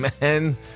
man